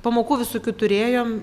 pamokų visokių turėjom